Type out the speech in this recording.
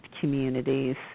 communities